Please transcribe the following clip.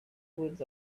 words